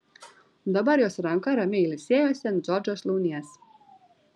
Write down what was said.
dabar jos ranka ramiai ilsėjosi ant džordžo šlaunies